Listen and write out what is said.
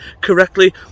correctly